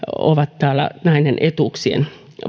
ovat näiden etuuksien